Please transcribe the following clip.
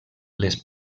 les